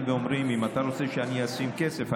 ואומרים: אם אתה רוצה שאני אשים כסף,